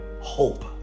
hope